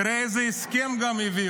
תראה גם איזה הסכם הם הביאו,